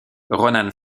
ronan